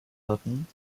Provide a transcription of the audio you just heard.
hatten